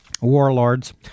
warlords